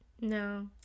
no